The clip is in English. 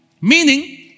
Meaning